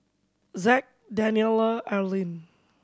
Zack Daniella Erlene